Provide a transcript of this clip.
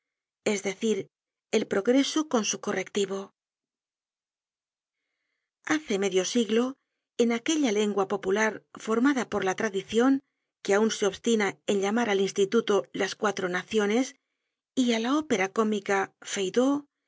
es decir el progreso con su correctivo hace medio siglo en aquella lengua popular formada por la tradicion que aun se obstina en llamar al instituto las cuatro naciones y á la ópera cómica